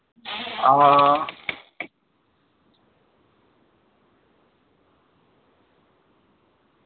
आं आं